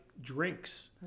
drinks